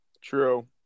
True